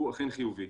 הוא אכן חיובי.